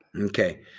Okay